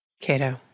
Cato